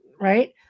right